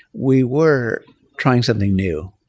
we were trying something new.